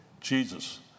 Jesus